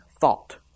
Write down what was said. thought